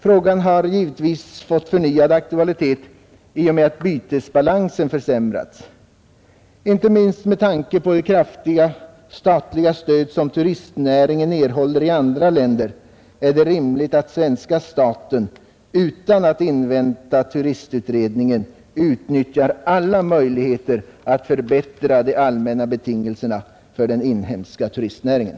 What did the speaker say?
Frågan har givetvis fått förnyad aktualitet i och med att bytesbalansen försämrats. Inte minst med tanke på det kraftiga statliga stöd som turistnäringen erhåller i andra länder är det rimligt att svenska staten, utan att invänta turistutredningen, utnyttjar alla möjligheter att förbättra de allmänna betingelserna för den inhemska turistnäringen.